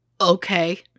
okay